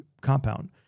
compound